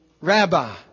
Rabbi